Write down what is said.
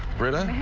britta?